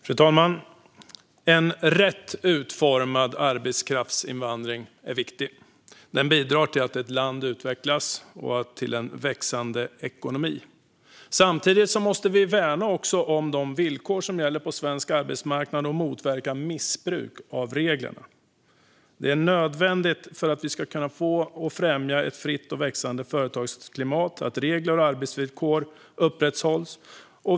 Fru talman! En rätt utformad arbetskraftsinvandring är viktig och bidrar till att ett land utvecklas och till en växande ekonomi. Samtidigt måste vi värna om de villkor som gäller på svensk arbetsmarknad och motverka missbruk av reglerna. För att vi ska kunna få och främja ett fritt och växande företagsklimat är det nödvändigt att regler och arbetsvillkor upprätthålls.